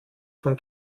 von